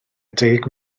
deg